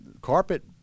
carpet